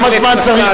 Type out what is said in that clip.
מנהל מחלקת החינוך,